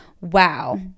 wow